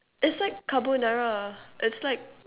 it's like carbonara it's like